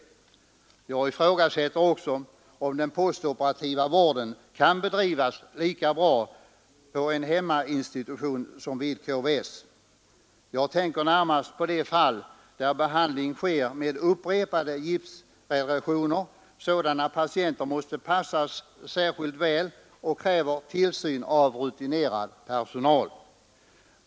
Vidare ifrågasätter jag om den postoperativa vården kan bedrivas lika bra på en hemmainstitution som vid KVS. Jag tänker närmast på de fall där behandling sker med upprepade gipsredressioner. Sådana patienter måste passas särskilt väl och kräver tillsyn av rutinerad personal.